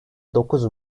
dokuz